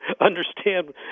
understand